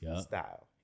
Style